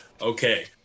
okay